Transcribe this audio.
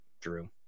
Drew